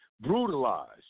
brutalized